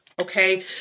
okay